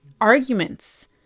arguments